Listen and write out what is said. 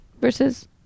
versus